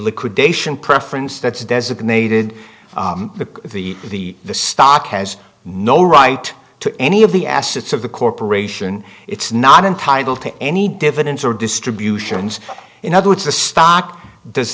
liquidation preference that's designated the the the the stock has no right to any of the assets of the corporation it's not entitled to any dividends or distributions in other words the stock does